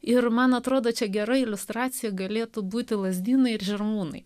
ir man atrodo čia gera iliustracija galėtų būti lazdynai žirmūnai